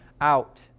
out